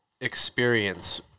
experience